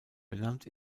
benannt